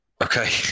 Okay